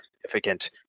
significant